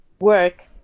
work